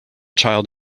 child